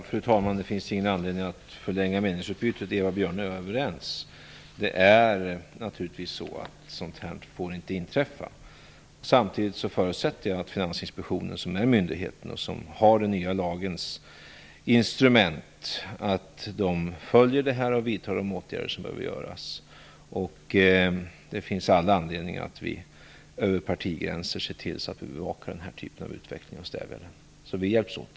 Fru talman! Det finns ingen anledning att förlänga meningsutbytet. Eva Björne och jag är överens. Detta får inte inträffa. Samtidigt förutsätter jag att Finansinspektionen, som är den myndighet som har hand om detta och som har den nya lagen som instrument, följer detta och vidtar de åtgärder som behövs. Det finns all anledning att vi över partigränserna bevakar den här typen av utveckling och stävjar den. Vi hjälps åt.